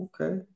Okay